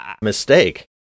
Mistake